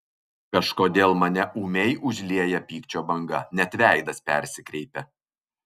kažkodėl mane ūmiai užlieja pykčio banga net veidas persikreipia